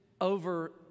over